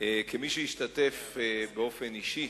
כמי שהשתתף באופן אישי